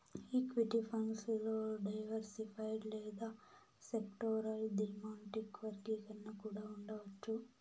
equity funds లో diversified లేదా sectoral, thematic వర్గీకరణ కూడా ఉండవచ్చు